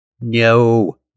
No